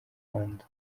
rwanda